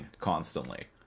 constantly